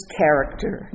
character